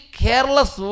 careless